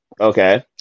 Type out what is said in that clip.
okay